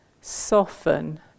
soften